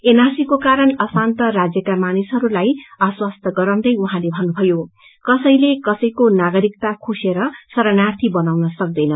एनआरसीको कारण अशान्त राज्यका मानिसहरूलाई आश्वस्त गराउँदै उहाँले अझै भन्नुभयो कसैले कसैको ागरिकता खोसेर शरणार्र्ीी बनाउन सक्तैन